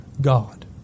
God